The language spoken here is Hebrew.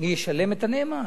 מי ישלם את הנאמן?